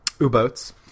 U-boats